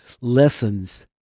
lessons